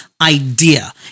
idea